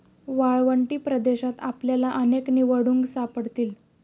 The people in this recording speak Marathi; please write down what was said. वाळवंटी प्रदेशात आपल्याला अनेक निवडुंग सापडतील